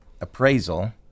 appraisal